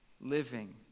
living